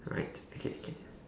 right to be